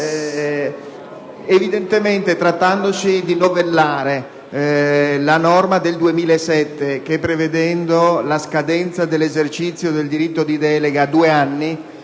infatti, di novellare la norma del 2007 che prevedeva la scadenza dell'esercizio del diritto di delega a due anni,